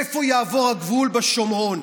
איפה יעבור הגבול בשומרון?